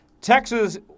Texas